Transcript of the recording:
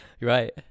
Right